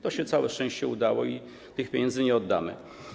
To się - całe szczęście - udało i tych pieniędzy nie oddamy.